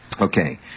Okay